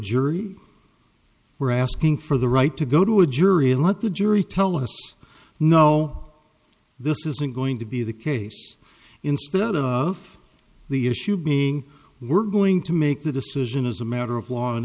jury we're asking for the right to go to a jury and let the jury tell us no this isn't going to be the case instead of the issue being we're going to make the decision as a matter of law and